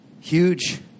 Huge